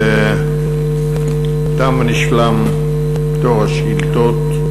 תם ונשלם תור השאילתות.